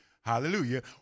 Hallelujah